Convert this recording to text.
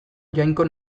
jainko